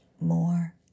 more